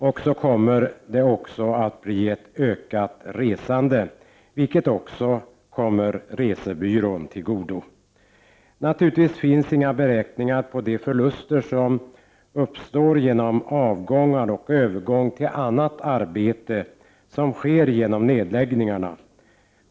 Och det kommer att innebära ett ökat resande, vilket också kommer resebyrån till godo. Naturligtvis finns inga beräkningar på de förluster som uppstår genom avgångar och övergång till annat arbete som sker genom nedläggningarna.